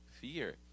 Fear